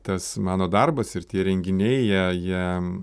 tas mano darbas ir tie renginiai jie jie